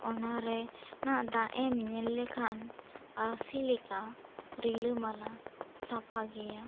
ᱚᱱᱟ ᱨᱮᱱᱟᱜ ᱫᱟᱜ ᱮᱢ ᱧᱮᱞ ᱞᱮᱠᱷᱟᱱ ᱟᱹᱨᱥᱤ ᱞᱮᱠᱟ ᱨᱤᱞᱟᱹᱢᱟᱞᱟ ᱥᱟᱯᱷᱟ ᱜᱮᱭᱟ